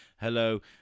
hello